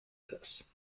this